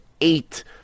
eight